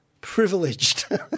privileged